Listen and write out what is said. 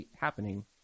Happening